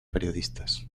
periodistas